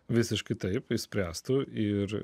visiškai taip išspręstų ir